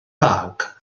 bag